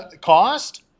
cost